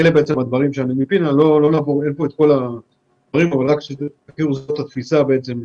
אין פה את כל הדברים אבל שתכירו זו התפיסה.